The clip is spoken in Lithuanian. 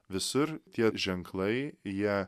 visur tie ženklai ją